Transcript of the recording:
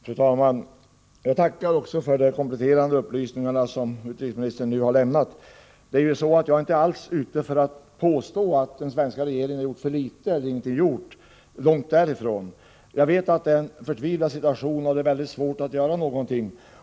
Fru talman! Jag tackar också för de kompletterande upplysningar som utrikesministern nu har lämnat. Jag påstår inte alls att den svenska regeringen har gjort för litet eller ingenting — långt därifrån. Jag vet att situationen är förtvivlad och att det är mycket svårt att göra någonting.